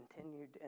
continued